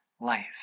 life